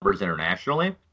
internationally